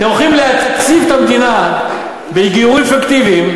אתם הולכים להציף את המדינה בגיורים פיקטיביים,